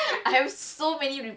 I mean I don't